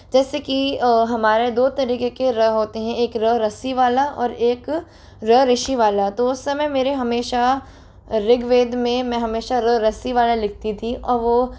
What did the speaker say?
जैसे कि हमारे दो तरीक़े के र होते हैं एक र रस्सी वाला और एक र ऋषि वाला तो उस समय मेरे हमेशा रिग्वेद में मैं हमेशा र रस्सी वाला लिखती थी और वो